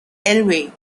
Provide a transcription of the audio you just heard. elway